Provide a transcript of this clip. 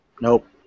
Nope